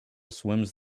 swims